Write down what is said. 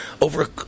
over